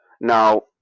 Now